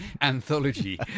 anthology